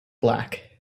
black